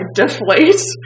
deflate